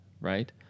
right